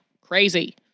Crazy